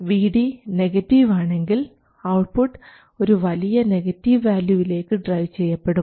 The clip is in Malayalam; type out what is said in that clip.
Vd നെഗറ്റീവ് ആണെങ്കിൽ ഔട്ട്പുട്ട് ഒരു വലിയ നെഗറ്റീവ് വാല്യൂവിലേക്ക് ഡ്രൈവ് ചെയ്യപ്പെടും